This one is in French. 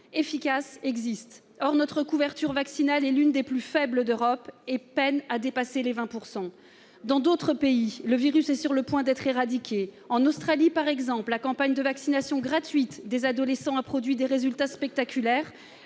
efficace existe. Or notre couverture vaccinale est l'une des plus faibles d'Europe et peine à dépasser 20 %. Dans d'autres pays, le virus est sur le point d'être éradiqué. En Australie, par exemple, la campagne de vaccination gratuite des adolescents a produit des résultats spectaculaires